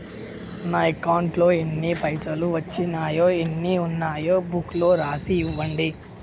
నా అకౌంట్లో ఎన్ని పైసలు వచ్చినాయో ఎన్ని ఉన్నాయో బుక్ లో రాసి ఇవ్వండి?